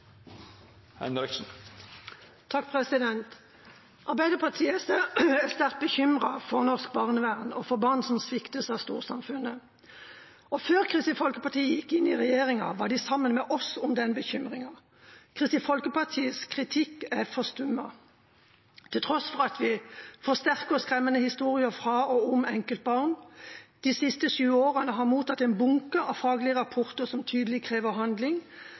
norsk barnevern og for barn som sviktes av storsamfunnet. Før Kristelig Folkeparti gikk inn i regjeringa, var de sammen med oss om den bekymringen. Kristelig Folkepartis kritikk er forstummet, til tross for at vi får sterke og skremmende historier fra og om enkeltbarn. De siste sju årene har vi mottatt en bunke av faglige rapporter som tydelig krever handling,